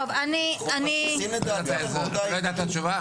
טוב אני- -- את לא יודעת את התשובה?